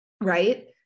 right